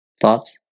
Thoughts